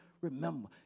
remember